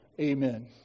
Amen